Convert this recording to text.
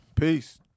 Peace